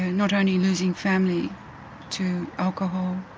not only losing family to alcohol,